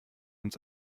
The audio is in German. uns